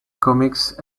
cómics